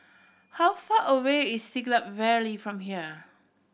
how far away is Siglap Valley from here